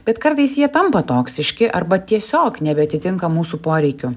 bet kartais jie tampa toksiški arba tiesiog nebeatitinka mūsų poreikių